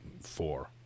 four